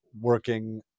working